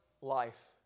life